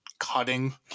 cutting